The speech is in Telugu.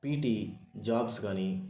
పీటీ జాబ్స్ కానీ